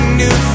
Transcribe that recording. new